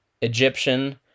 egyptian